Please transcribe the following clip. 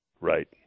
Right